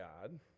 god